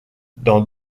dans